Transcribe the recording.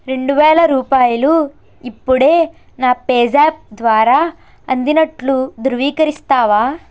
రెండువేల రూపాయలు ఇప్పుడే నా పేజాప్ ద్వారా అందినట్లు ధృవీకరిస్తావా